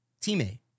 teammate